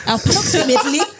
Approximately